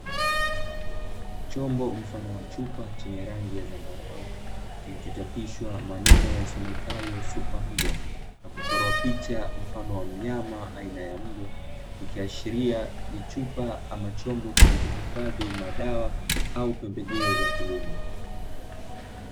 Chombo mfano wa chupa chenye rangi ya zambarau kilichochapishwa maneno yasomekayo "Supa mbwa" na kuchorwa picha mfano wa mnyama aina ya mbwa ikiashiria ni chupa ama chombo kilichohifadhi madawa au pembejeo za kilimo.